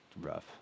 rough